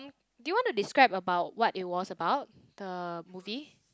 do you want to describe about what it was about the movie